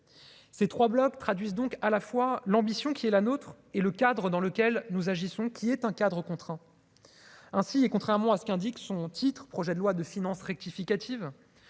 ces 3 blocs traduisent donc à la fois l'ambition qui est la nôtre et le cadre dans lequel nous agissons, qui est un cadre contraint ainsi, et contrairement à ce qu'indique son titre, projet de loi de finances rectificative,